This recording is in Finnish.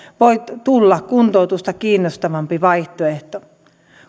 voi tulla kuntoutusta kiinnostavampi vaihtoehto